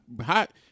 hot